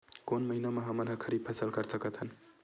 कोन महिना म हमन ह खरीफ फसल कर सकत हन?